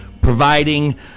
providing